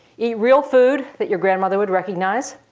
eat real food that your grandmother would recognize,